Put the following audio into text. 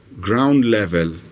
ground-level